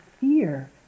fear